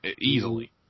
Easily